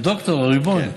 הדוקטור, הריבון.